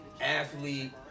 athlete